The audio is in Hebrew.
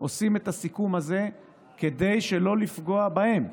עושים את הסיכום הזה כדי שלא לפגוע בהם.